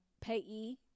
Payee